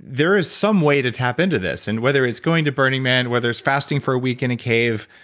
there is some way to tap into this and whether it's going to burning man, whether is fasting for a week in a cave